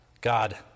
God